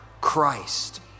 Christ